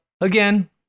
again